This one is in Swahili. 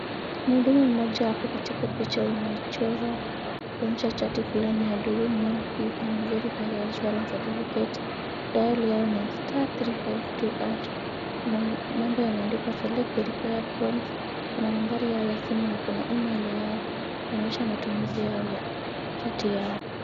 Mhudumu mmoja ako katika picha imechorwa kuonyesha chati fulani ya do you know you can verify your insurance certificate? Dial yao ni star three five two hash. Kuna mambo yameandikwa select the required prompts. Kuna nambari yao ya simu na kuna email yao kuonyesha matumizi yao ya chati yao.